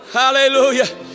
hallelujah